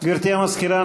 גברתי המזכירה,